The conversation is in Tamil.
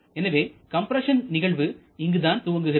எனவே கம்ப்ரஸன் நிகழ்வு இங்கு தான் துவங்குகிறது